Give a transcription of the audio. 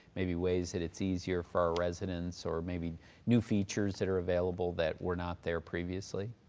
maybe ways that it's easier for our residents, or maybe new features that are available that were not there previously.